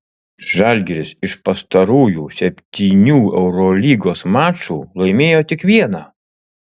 žalgiris iš pastarųjų septynių eurolygos mačų laimėjo tik vieną